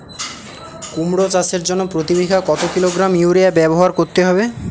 কুমড়ো চাষের জন্য প্রতি বিঘা কত কিলোগ্রাম ইউরিয়া ব্যবহার করতে হবে?